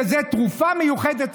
שזאת תרופה מיוחדת.